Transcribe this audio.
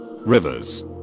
Rivers